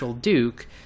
Duke